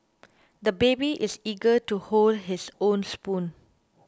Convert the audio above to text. the baby is eager to hold his own spoon